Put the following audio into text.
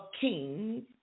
kings